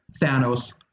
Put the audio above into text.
Thanos